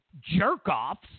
jerk-offs